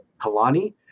Kalani